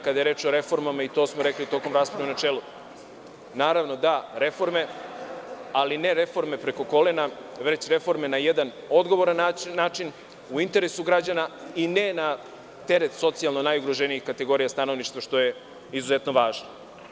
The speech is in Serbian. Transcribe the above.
Kada je reč o reformama, i to smo rekli tokom rasprave u načelu, naravno da reforme, ali ne reforme preko kolena, već reforme na jedan odgovoran način, u interesu građana i ne na teret socijalno najugroženijih kategorija stanovništva, što je izuzetno važno.